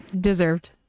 Deserved